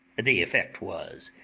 the effect was,